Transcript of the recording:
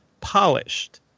polished